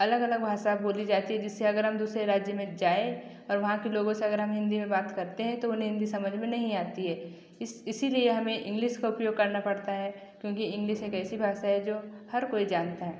अलग अलग भाषा बोली जाती है जिससे अगर हम दूसरे राज्य में जाए और वहाँ के लोगों से अगर हम हिन्दी में बात करते हैं तो उन्हें हिन्दी समझ में नहीं आती है इस इसीलिए हमें इंग्लिश का उपयोग करना पड़ता है क्योंकि इंग्लिश एक ऐसी भाषा है जो हर कोई जानता है